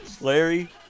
Larry